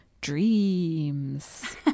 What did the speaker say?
dreams